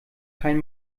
kein